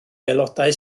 aelodau